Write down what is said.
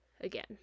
again